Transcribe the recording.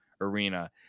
Arena